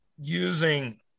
using